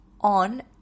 on